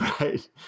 Right